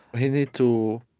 he need to,